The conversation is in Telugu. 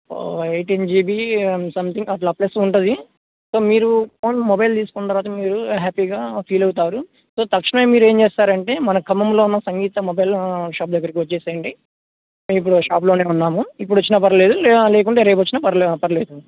ఎయిటీన్ జీబీ సంథింగ్ అలా ప్లస్ ఉంటుంది సో మీరు ఫోన్ మొబైల్ తీసుకున్న తర్వాత మీరు హ్యాపీగా ఫీల్ అవుతారు సో తక్షణమే మీరు ఏం చేస్తారంటే మన ఖమంలో ఉన్న సంగీత మొబైల్ షాప్ దగ్గరకి వచ్చేసేయండి ఇప్పుడు షాప్లోనే ఉన్నాము ఇప్పుడు వచ్చినా పర్లేదు లేకుంటే రేపు వచ్చినా పర్లే పర్లేదు